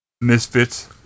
Misfits